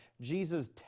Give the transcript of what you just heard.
Jesus